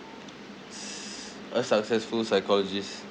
s~ a successful psychologist